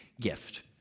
Gift